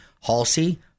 Halsey